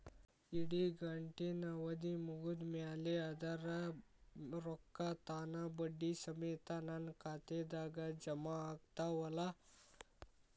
ಇಡಗಂಟಿನ್ ಅವಧಿ ಮುಗದ್ ಮ್ಯಾಲೆ ಅದರ ರೊಕ್ಕಾ ತಾನ ಬಡ್ಡಿ ಸಮೇತ ನನ್ನ ಖಾತೆದಾಗ್ ಜಮಾ ಆಗ್ತಾವ್ ಅಲಾ?